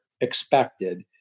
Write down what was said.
expected